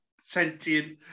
sentient